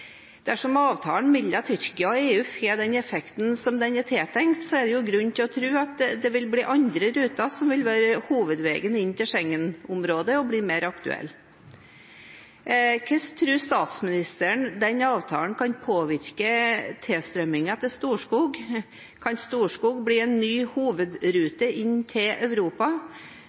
Dersom avtalen mellom Tyrkia og EU har den effekten den er tiltenkt, er det grunn til å tro at andre ruter vil være hovedveien inn til Schengen-området og bli mer aktuelle. Hvordan tror statsministeren den avtalen kan påvirke tilstrømmingen over Storskog? Kan Storskog bli en ny hovedrute inn til Europa?